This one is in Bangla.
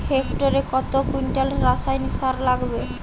হেক্টরে কত কুইন্টাল রাসায়নিক সার লাগবে?